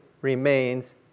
remains